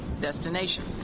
destination